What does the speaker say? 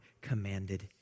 commanded